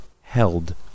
held